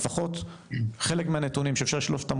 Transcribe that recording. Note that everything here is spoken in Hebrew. לפחות חלק מהנתונים שאפשר לשלוף אותם